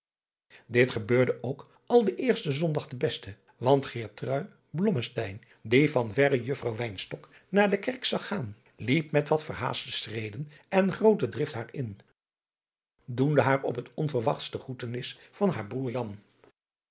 dit gebeurde ook al den eersten zondag den adriaan loosjes pzn het leven van johannes wouter blommesteyn besten want geertrui blommesteyn die van verre juffrouw wynstok naar de kerk zag gaan liep met wat verhaastte schreden en groote drift haar in doende haar op het onverwachtst de groetenis van haar broêr